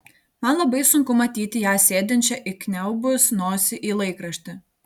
man labai sunku matyti ją sėdinčią įkniaubus nosį į laikraštį